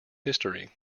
history